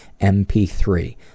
MP3